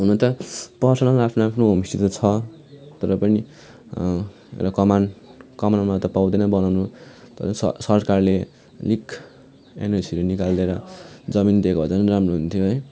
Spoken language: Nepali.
हुन त पर्सनल आफ्नो आफ्नो होमस्टे त छ तर पनि एउटा कमान कमानमा त पाउँदैन बनाउनु तर सरकारले अलिक एनओसीहरू निकालिदिएर जमिन दिएको भए झन् राम्रो हुन्थ्यो है